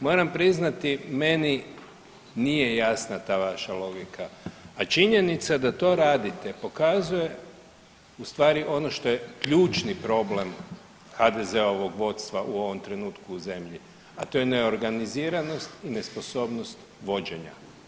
Moram priznati meni nije jasna ta vaša logika, a činjenica da to radite pokazuje u stvari ono što je ključni problem HDZ-ovog vodstva u ovom trenutku u zemlji, a to je neorganiziranost i nesposobnost vođenja.